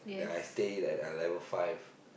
then I stay at uh level five